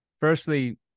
firstly